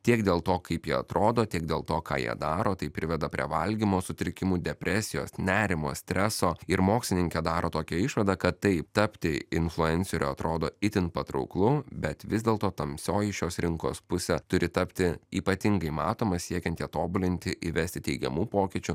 tiek dėl to kaip jie atrodo tiek dėl to ką jie daro tai priveda prie valgymo sutrikimų depresijos nerimo streso ir mokslininkė daro tokią išvadą kad taip tapti influenceriu atrodo itin patrauklu bet vis dėlto tamsioji šios rinkos pusė turi tapti ypatingai matoma siekiant ją tobulinti įvesti teigiamų pokyčių